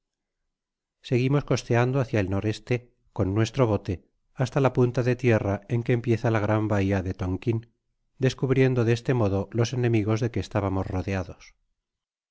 seguimos costeando hácia el n e oon nuestro bote hasta la punta de tierra en que empieza la gran bahia de tonquin descubriendo de este modo los enemigos de que estabamos rodeados